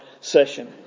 session